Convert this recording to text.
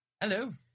Hello